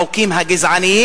עם החוקים הגזעניים,